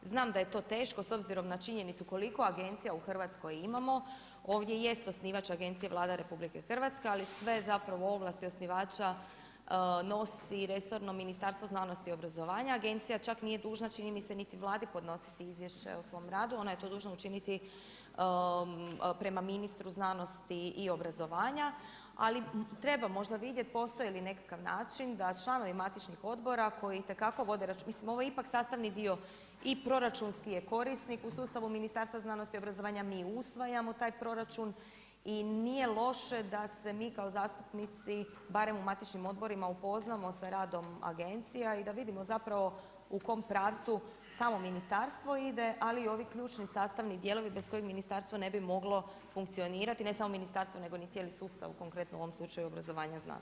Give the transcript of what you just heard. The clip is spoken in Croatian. Znam da je to teško, s obzirom na činjenicu koliko agencija u Hrvatskoj imamo, ovdje jest osnivač agencije Vlada RH, ali sve zapravo ovlasti osnivača nosi resorno Ministarstvo znanosti i obrazovanja, agencija nije čak ni dužna čini mi se niti Vladi podnositi izvješće o svom radu, ona je to dužna učiniti prema ministru znanosti i obrazovanja, ali treba možda vidjeti postoji li nekakav način da članovi matičnih odbora koji itekako vode računa, mislim ovo je ipak sastavni dio i proračunski je korisnik u sustavu Ministarstva znanosti i obrazovanja, mi usvajamo taj proračun, i nije loše da se mi kao zastupnici barem u matičnim odborima upoznamo sa radom agencija, i da vidimo zapravo u kom pravcu samo ministarstvo ide ali i ovi ključni sastavni dijelovi bez kojih ministarstvo ne bi moglo funkcionirati, ne samo ministarstvo nego ni cijeli sustav, konkretno u ovom slučaju obrazovanje i znanost.